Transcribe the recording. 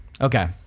Okay